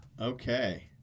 Okay